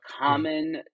common